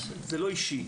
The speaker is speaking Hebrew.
זה לא אישי,